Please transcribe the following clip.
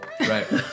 Right